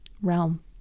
realm